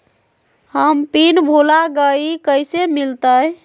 हम पिन भूला गई, कैसे मिलते?